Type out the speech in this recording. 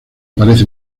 aparece